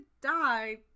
die